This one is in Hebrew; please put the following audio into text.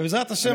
בעזרת השם,